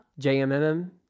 JMMM